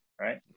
right